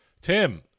Tim